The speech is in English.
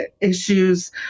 issues